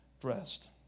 dressed